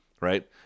right